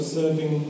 serving